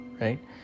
right